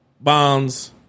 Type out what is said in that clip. Bonds